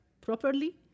properly